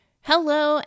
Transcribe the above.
Hello